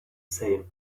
same